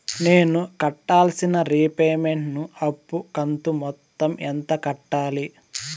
నేను కట్టాల్సిన రీపేమెంట్ ను అప్పు కంతు మొత్తం ఎంత కట్టాలి?